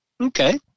Okay